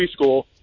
preschool